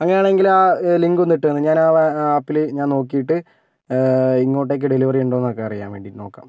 അങ്ങനെ ആണെങ്കിൽ ആ ലിങ്ക് ഒന്ന് ഇട്ടു തന്നെ ഞാൻ ആ ആപ്പിൽ ഞാൻ നോക്കിയിട്ട് ഇങ്ങോട്ടേക്ക് ഡെലിവറി ഉണ്ടോ എന്നൊക്കെ അറിയാൻ വേണ്ടി നോക്കാം